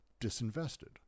disinvested